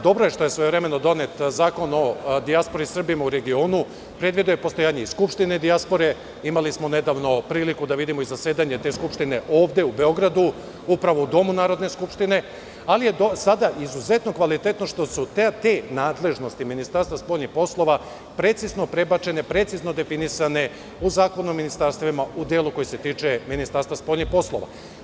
Dobro je što je svojevremeno donet Zakon o dijaspori i Srbima u regionu, koji je predvideo postojanje i Skupštine dijaspore, imali smo nedavno priliku i da vidimo zasedanje te Skupštine ovde u Beogradu, upravo u Domu Narodne skupštine, ali je sada izuzetno kvalitetno što su nadležnosti Ministarstva spoljnih poslova precizno prebačene, precizno definisane u Zakonu o ministarstvima u delu koji se tiče Ministarstva spoljnih poslova.